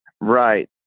Right